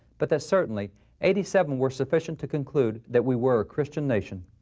but that certainly eighty seven were sufficient to conclude that we were a christian nation.